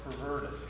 perverted